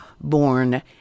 born